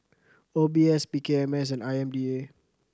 O B S P K M S and I M D A